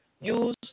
Use